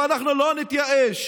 אבל אנחנו לא נתייאש.